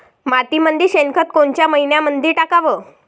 मातीमंदी शेणखत कोनच्या मइन्यामंधी टाकाव?